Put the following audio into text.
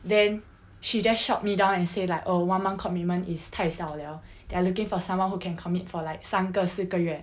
then she just shot me down and say like oh one month commitment is 太少 liao they are looking for someone who can commit for like 三个四个月